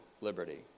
liberty